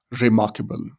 remarkable